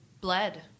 bled